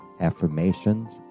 affirmations